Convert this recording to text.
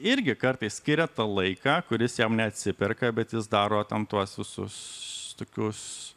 irgi kartais skiria tą laiką kuris jam neatsiperka bet jis daro tam tuos visus tokius